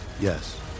Yes